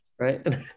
right